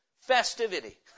festivity